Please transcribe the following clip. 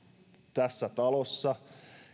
tässä talossa